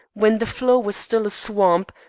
when the floor was still a swamp,